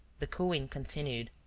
the cooing continued.